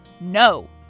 No